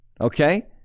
okay